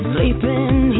Sleeping